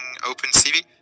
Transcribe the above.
OpenCV